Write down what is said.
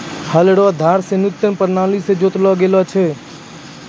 हल रो धार से न्यूतम प्राणाली से जोतलो जाय छै